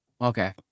Okay